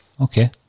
Okay